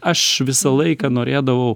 aš visą laiką norėdavau